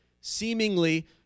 Seemingly